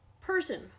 person